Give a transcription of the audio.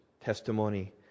testimony